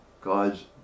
God's